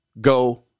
Go